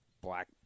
black